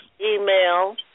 email